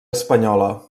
espanyola